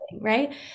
right